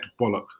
bollock